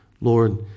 Lord